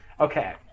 okay